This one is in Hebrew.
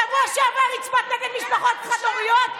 בשבוע שעבר הצבעת נגד משפחות חד-הוריות,